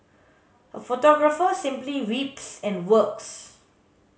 a photographer simply weeps and works